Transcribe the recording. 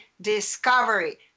discovery